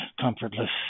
comfortless